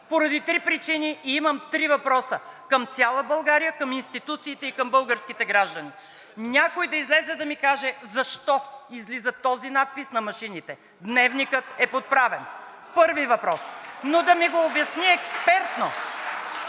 поради три причини и имам три въпроса – към цяла България, към институциите и към българските граждани. Някой да излезе да ми каже: защо излиза този надпис на машините „Дневникът е подправен“ – първи въпрос, но да ми го обясни експертно